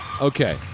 Okay